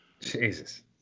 Jesus